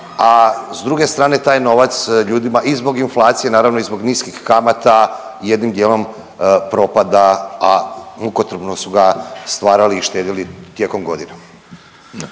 a s druge strane taj novac ljudima i zbog inflacije naravno i zbog niskih kamata jednim dijelom propada, a mukotrpno su ga stvarali i štedili tijekom godina.